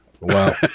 Wow